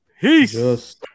peace